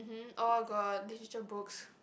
oh god Literature books